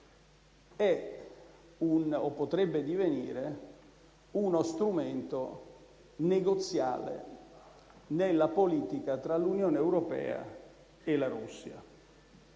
è o potrebbe divenire uno strumento negoziale nella politica tra l'Unione europea e la Russia.